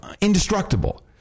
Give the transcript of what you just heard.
indestructible